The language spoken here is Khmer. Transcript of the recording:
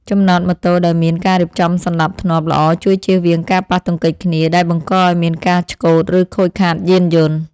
ចំណតម៉ូតូដែលមានការរៀបចំសណ្តាប់ធ្នាប់ល្អជួយជៀសវាងការប៉ះទង្គិចគ្នាដែលបង្កឱ្យមានការឆ្កូតឬខូចខាតយានយន្ត។